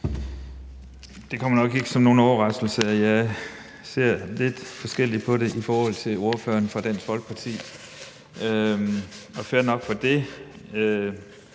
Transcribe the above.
Det kommer nok ikke som nogen overraskelse, at jeg ser lidt anderledes på det end ordføreren for Dansk Folkeparti, og fair nok med det.